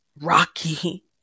rocky